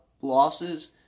losses